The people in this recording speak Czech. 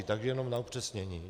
Takže jenom na upřesnění.